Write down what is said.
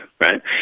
right